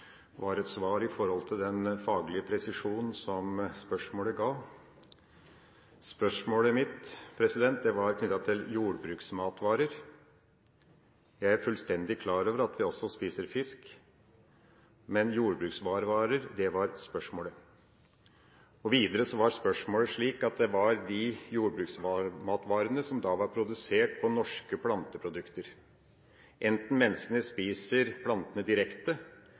var et svar i forhold til den faglige presisjon som spørsmålet ga. Spørsmålet mitt var knyttet til jordbruksmatvarer. Jeg er fullstendig klar over at vi også spiser fisk, men jordbruksmatvarer var spørsmålet. Videre var spørsmålet slik at det gjaldt de jordbruksmatvarene som var produsert på norske planteprodukter. Enten menneskene spiser plantene direkte